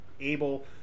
able